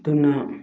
ꯑꯗꯨꯅ